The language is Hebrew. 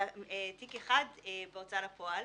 אלא תיק אחד בהוצאה לפועל,